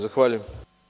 Zahvaljujem.